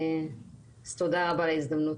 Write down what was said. תודה רבה על ההזדמנות.